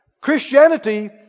Christianity